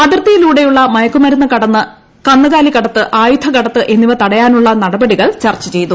അതിർത്തിയിലൂടെയുള്ള മയക്കുമരുന്ന് കടത്ത് കന്നുകാലികടത്ത് ആയുധകടത്ത് എന്നിവ തടയാനുള്ള നടപടികൾ ചർച്ച ചെയ്തു